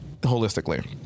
holistically